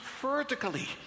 vertically